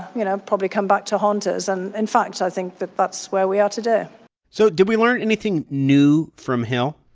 you know, probably come back to haunt us. and, in fact, i think that that's where we are today so did we learn anything new from hill?